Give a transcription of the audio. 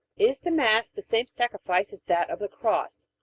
is the mass the same sacrifice as that of the cross?